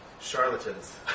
charlatans